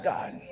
God